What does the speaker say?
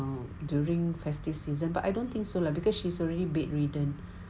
during festive season but I don't think so lah because she's already bedridden